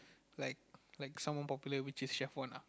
like like someone popular which is chef one ah